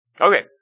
Okay